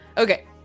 Okay